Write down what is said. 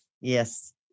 Yes